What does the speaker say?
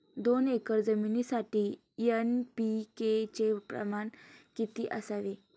दोन एकर जमीनीसाठी एन.पी.के चे प्रमाण किती असावे?